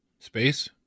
Space